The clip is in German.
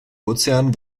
ozean